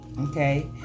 okay